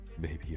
baby